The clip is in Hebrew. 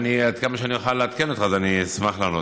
ועד כמה שאני אוכל לעדכן אותך אז אני אשמח לענות.